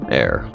air